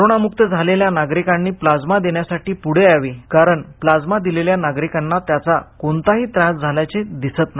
कोरोनामुक्त झालेल्या नागरिकांनी रक्तद्रव देण्यासाठी पूढे यावे कारण प्लाइमा दिलेल्या नागरिकांना त्याचा कोणताही त्रास झाल्याचे दिसत नाही